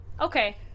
Okay